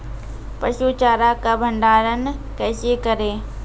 पसु चारा का भंडारण कैसे करें?